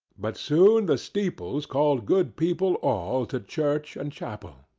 but soon the steeples called good people all, to church and chapel,